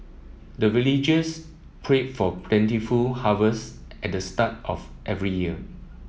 the villagers pray for plentiful harvest at the start of every year